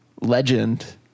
legend